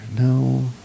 No